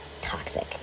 toxic